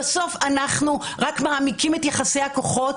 בסוף אנחנו רק מעמיקים את יחסי הכוחות